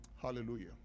Hallelujah